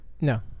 No